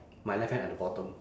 my left hand at the bottom